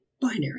binary